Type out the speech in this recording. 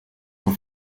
kuri